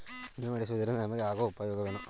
ವಿಮೆ ಮಾಡಿಸುವುದರಿಂದ ನಮಗೆ ಆಗುವ ಉಪಯೋಗವೇನು?